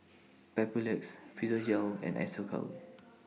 Papulex Physiogel and Isocal